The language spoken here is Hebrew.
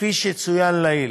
וכפי שצוין לעיל,